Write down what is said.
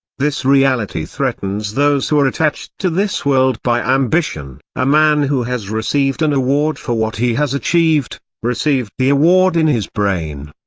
this reality threatens those who are attached to this world by ambition a man who has received an award for what he has achieved, received the award in his brain.